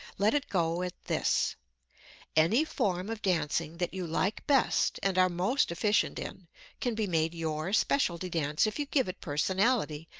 let it go at this any form of dancing that you like best and are most efficient in can be made your specialty dance if you give it personality,